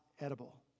edible